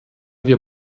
wir